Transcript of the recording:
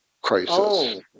Crisis